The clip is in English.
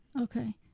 Okay